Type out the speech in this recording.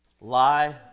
lie